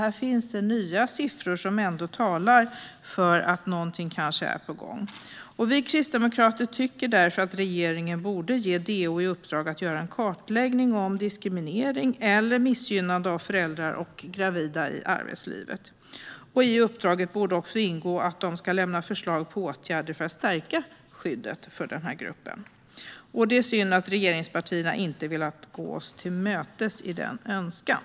Det finns alltså nya siffror som talar för att någonting kanske är på gång. Vi kristdemokrater tycker därför att regeringen borde ge DO i uppdrag att göra en kartläggning av diskriminering eller missgynnande av föräldrar och gravida i arbetslivet. I uppdraget borde det också ingå att de ska lämna förslag på åtgärder för att stärka skyddet för denna grupp. Det är synd att regeringspartierna inte velat gå oss till mötes i den önskan.